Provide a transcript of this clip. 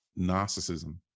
narcissism